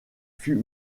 fut